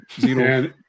Zero